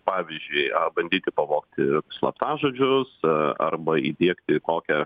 pavyzdžiui a bandyti pavogti slaptažodžius arba įdiegti kokią